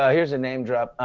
ah here's a name drop,